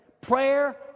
Prayer